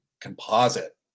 composite